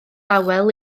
awel